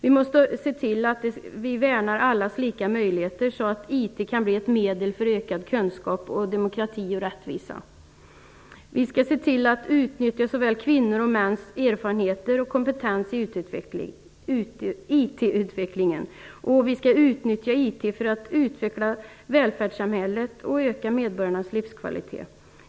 Vi måste se till att vi värnar allas lika möjligheter så att IT kan bli ett medel för ökad kunskap, demokrati och rättvisa. Vi skall se till att utnyttja såväl kvinnors som mäns erfarenheter och kompetens i IT utvecklingen. Vi skall utnyttja IT för att utveckla välfärdssamhället och öka medborgarnas livskvalitet.